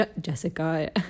Jessica